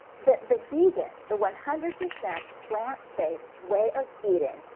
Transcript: the the vegan the one hundred percent plant-based way of eating,